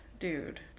Dude